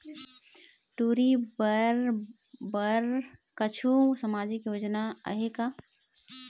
टूरी बन बर कछु सामाजिक योजना आहे का?